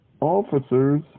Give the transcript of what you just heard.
Officers